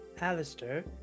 Alistair